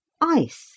Ice